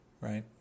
right